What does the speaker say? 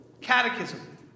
catechism